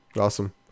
Awesome